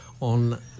on